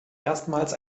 erstmals